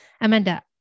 amanda